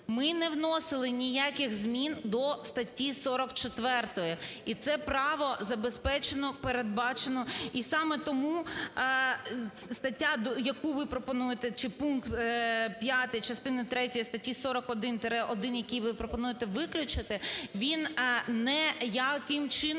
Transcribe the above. Ми не вносили ніяких змін до статті 44. І це право забезпечено, передбачено. І саме тому стаття, яку ви пропонуєте, чи пункт 5 частини третьої статті 41-1, який ви пропонуєте виключити, він ніяким чином